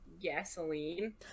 gasoline